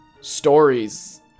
stories